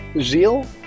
Zeal